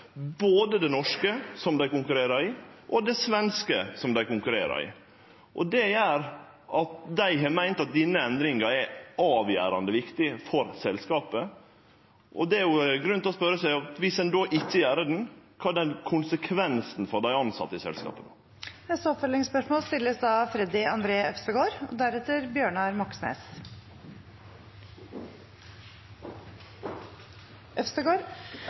både den norske, som dei konkurrerer i, og den svenske, som dei konkurrerer i. Det gjer at dei har meint at denne endringa er avgjerande viktig for selskapet. Det er jo grunn til å spørje seg: Viss ein då ikkje gjer det, kva er då konsekvensen for dei tilsette i selskapet? Freddy André Øvstegård – til oppfølgingsspørsmål.